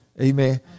Amen